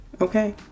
okay